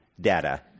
data